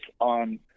on –